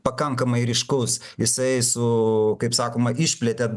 pakankamai ryškus jisai su kaip sakoma išplėtė